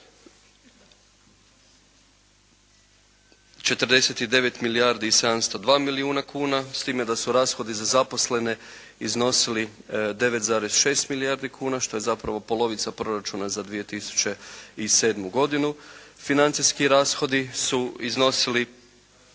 49 milijardi i 702 milijuna kuna s time da su rashodi za zaposlene iznosili 9,6 milijardi kuna što je zapravo polovica proračuna za 2007. godinu. Financijski rashodi su iznosili,